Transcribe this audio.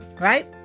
Right